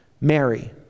Mary